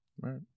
right